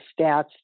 stats